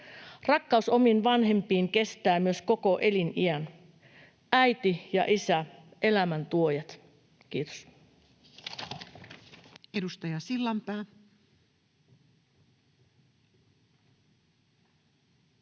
Rakkaus omiin vanhempiin kestää myös koko eliniän. Äiti ja isä, elämäntuojat. — Kiitos.